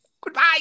Goodbye